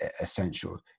essential